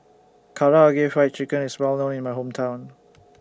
Karaage Fried Chicken IS Well known in My Hometown